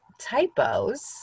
typos